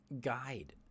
guide